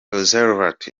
roosevelt